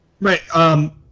right